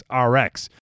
RX